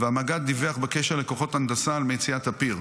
"והמג"ד מדווח בקשר לכוחות הנדסה על מציאת הפיר.